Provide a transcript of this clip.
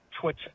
Twitch